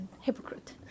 hypocrite